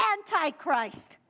Antichrist